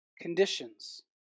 conditions